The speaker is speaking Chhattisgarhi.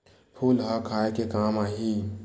फूल ह खाये के काम आही?